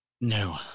No